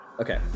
Okay